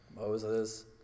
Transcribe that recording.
Moses